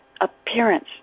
appearance